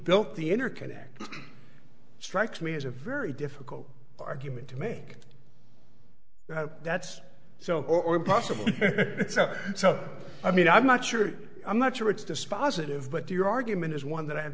built the interconnect strikes me as a very difficult argument to me that's so or impossible so i mean i'm not sure i'm not sure it's dispositive but your argument is one that i have